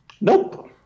Nope